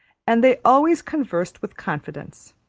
and they always conversed with confidence.